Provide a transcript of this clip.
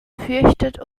fürchtet